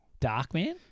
Darkman